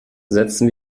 setzen